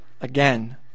Again